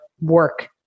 work